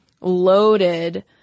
loaded